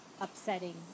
upsetting